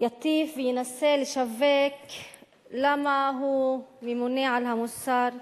יטיף וינסה לשווק למה הוא ממונה על המוסר,